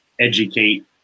educate